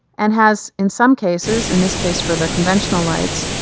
and has, in some cases, in this case for the conventional lights,